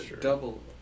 double